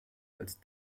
als